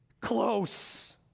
close